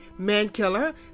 Mankiller